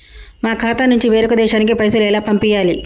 మా ఖాతా నుంచి వేరొక దేశానికి పైసలు ఎలా పంపియ్యాలి?